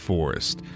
Forest